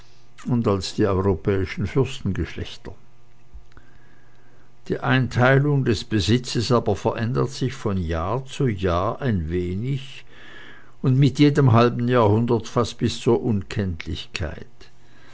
und als die europäischen fürstengeschlechter die einteilung des besitzes aber verändert sich von jahr zu jahr ein wenig und mit jedem halben jahrhundert fast bis zur unkenntlichkeit